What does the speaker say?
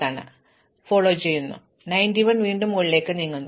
അതിനാൽ ഞാൻ ഫോളോവിലേക്ക് നീങ്ങുന്നു 91 വീണ്ടും ഫോളോയിലേക്ക് നീങ്ങുന്നു